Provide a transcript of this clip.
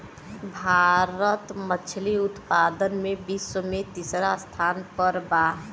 भारत मछली उतपादन में विश्व में तिसरा स्थान पर बा